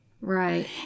Right